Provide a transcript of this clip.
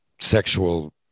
sexual